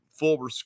Full